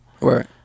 Right